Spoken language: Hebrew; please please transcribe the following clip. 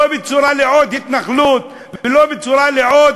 לעוד התנחלות ולעוד